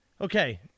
Okay